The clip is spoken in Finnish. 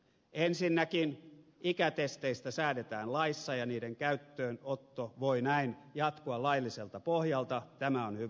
ensinnäkin ikätesteistä säädetään laissa ja niiden käyttöönotto voi näin jatkua lailliselta pohjalta tämä on hyvä